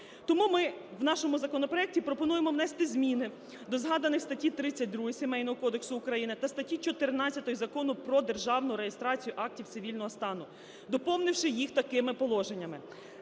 Тому ми у нашому законопроекті пропонуємо внести зміни до згаданих статті 32 Сімейного кодексу України та статті 14 Закону "Про державну реєстрацію актів цивільного стану", доповнивши їх такими положеннями: